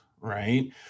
right